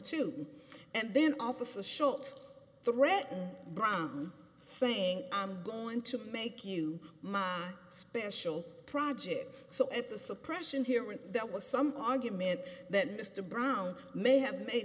to and then officers shot threaten brown saying i'm going to make you my special project so at the suppression hearing that was some argument that mr brown may have made